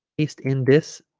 paste in this